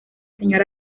señora